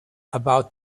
about